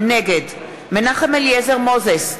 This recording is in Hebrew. נגד מנחם אליעזר מוזס,